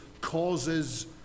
causes